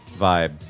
vibe